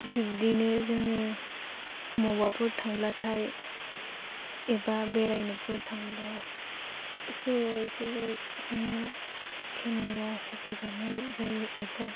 बिब्दिनो जोङो बबावबाफोर थांब्लाथाय एबा बेरायनोफोर थांब्ला सोलाय सोलाय जोङो केमेरा साफायजानाय जायो एबा